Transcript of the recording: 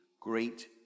great